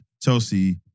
Chelsea